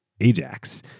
ajax